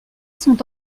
sont